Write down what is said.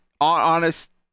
honest